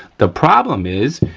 the problem is,